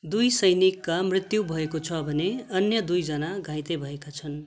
दुई सैनिकका मृत्यु भएको छ भने अन्य दुईजना घाइते भएका छन्